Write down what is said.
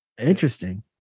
interesting